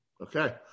Okay